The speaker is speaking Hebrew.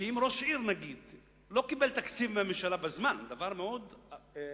אם למשל ראש עיר לא קיבל תקציב מהממשלה בזמן, אגב,